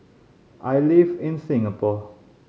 I live in Singapore